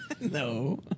No